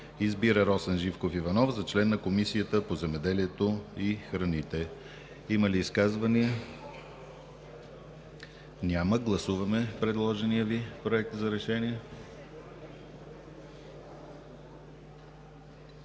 Избира Росен Живков Иванов за член на Комисията по земеделието и храните.“ Има ли изказвания? Гласуваме предложения Ви Проект за решение.